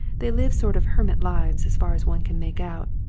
they live sort of hermit lives, as far as one can make out.